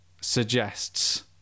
suggests